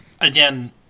Again